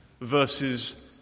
versus